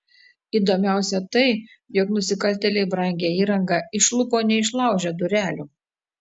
įdomiausia tai jog nusikaltėliai brangią įrangą išlupo neišlaužę durelių